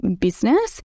business